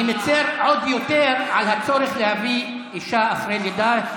אני מצר עוד יותר על הצורך להביא אישה אחרי לידה,